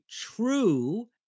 true